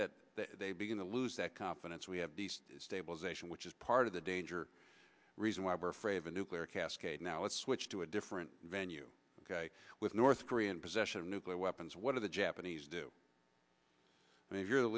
that they begin to lose that confidence we have stabilization which is part of the danger reason why we're afraid of a nuclear cascade now let's switch to a different venue with north korea and possession of nuclear weapons what are the japanese do if you're the